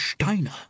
Steiner